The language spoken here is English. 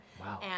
Wow